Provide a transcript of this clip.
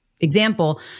example